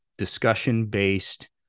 discussion-based